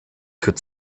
could